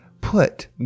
put